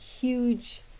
huge